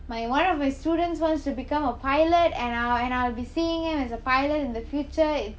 my one of my students wants to become a pilot and I'll and I'll be seeing them as a pilot in the future it's